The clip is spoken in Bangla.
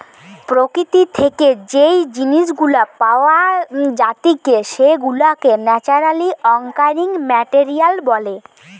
প্রকৃতি থেকে যেই জিনিস গুলা পাওয়া জাতিকে সেগুলাকে ন্যাচারালি অকারিং মেটেরিয়াল বলে